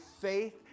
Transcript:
faith